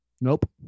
Nope